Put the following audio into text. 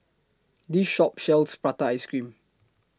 This Shop sells Prata Ice Cream